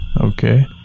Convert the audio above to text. Okay